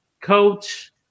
Coach